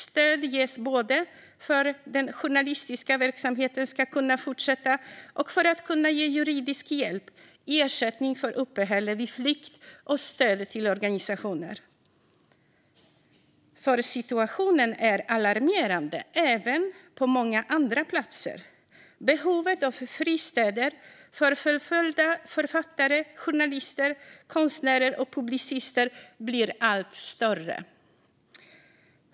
Stöd ges både för att den journalistiska verksamheten ska kunna fortsätta och för att kunna ge juridisk hjälp och ersättning för uppehälle vid flykt och stöd till organisationer. Situationen är alarmerande även på många andra platser. Behovet av fristäder för förföljda författare, journalister, konstnärer och publicister blir allt större.